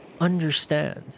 understand